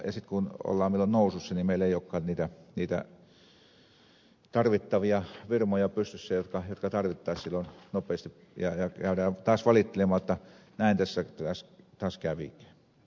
ja sitten kun ollaan vielä nousussa meillä ei olekaan niitä tarvittavia firmoja pystyssä jotka tarvittaisiin silloin nopeasti ja käydään taas valittelemaan jotta näin tässä taas kävi